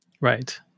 right